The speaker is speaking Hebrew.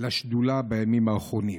לשדולה בימים האחרונים.